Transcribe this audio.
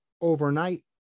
overnight